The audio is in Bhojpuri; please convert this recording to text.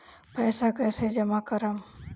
पैसा कईसे जामा करम?